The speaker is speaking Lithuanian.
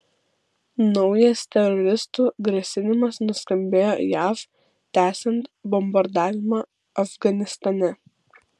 naujas teroristų grasinimas nuskambėjo jav tęsiant bombardavimą afganistane